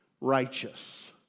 righteous